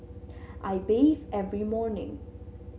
I bathe every morning